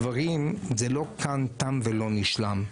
הדברים זה לא כאן תם ולא נשלם,